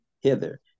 hither